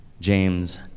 James